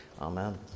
Amen